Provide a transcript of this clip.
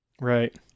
Right